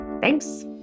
Thanks